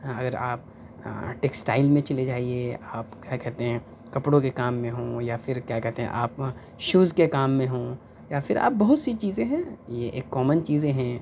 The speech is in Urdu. اگر آپ ٹیکسٹائل میں چلے جائیے آپ کیا کہتے ہیں کپڑوں کے کام میں ہوں یا پھر کیا کہتے ہیں آپ شوز کے کام میں ہوں یا پھر آپ بہت سی چیزیں ہیں یہ ایک کومن چیزیں ہیں